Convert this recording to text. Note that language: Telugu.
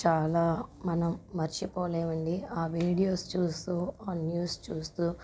చాలా మనం మర్చిపోలేమండి ఆ వీడియోస్ చూస్తూ ఆ న్యూస్ చూస్తా